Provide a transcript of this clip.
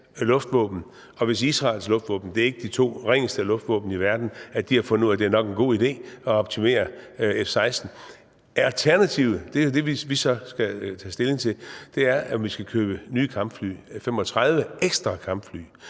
luftvåben og Israels luftvåben – det er ikke de to ringeste luftvåben i verden – har fundet ud af, at det nok er en god idé at optimere F-16-fly. Alternativet, og det er det, vi så skal tage stilling til, er, at vi skal købe nye kampfly – 35 ekstra kampfly.